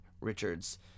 Richards